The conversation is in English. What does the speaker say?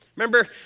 Remember